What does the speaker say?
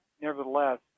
nevertheless